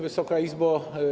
Wysoka Izbo!